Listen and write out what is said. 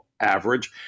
average